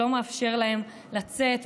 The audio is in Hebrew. שלא מאפשר להם לצאת.